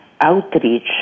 outreach